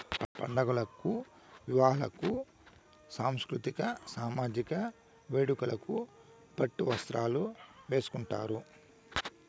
పండుగలకు వివాహాలకు సాంస్కృతిక సామజిక వేడుకలకు పట్టు వస్త్రాలు వేసుకుంటారు